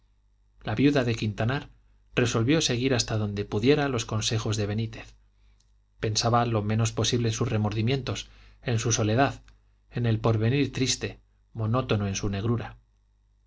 la viuda de quintanar resolvió seguir hasta donde pudiera los consejos de benítez pensaba lo menos posible en sus remordimientos en su soledad en el porvenir triste monótono en su negrura